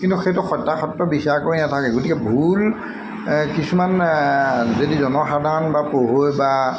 কিন্তু সেইটো সত্যাসত্য বিচাৰ কৰি নাথাকে গতিকে ভুল কিছুমান যদি জনসাধাৰণ বা পঢ়ুৱৈ বা